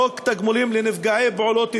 חוק התגמולים לנפגעי פעולות איבה,